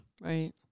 Right